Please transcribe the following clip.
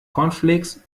cornflakes